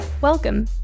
Welcome